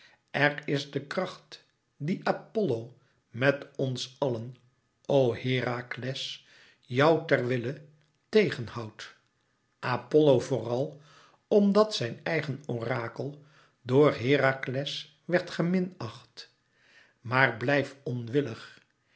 er is de kracht die apollo met ons allen o herakles joù ter wille tegen houdt apollo vooral omdat zijn eigen orakel door herakles werd geminacht maar blijf onwillig